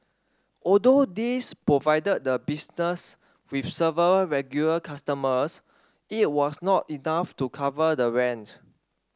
although these provided the business with several regular customers it was not enough to cover the rent